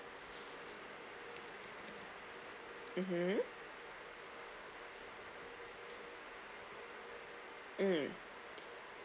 mmhmm mm